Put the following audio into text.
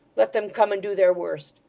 let them come and do their worst.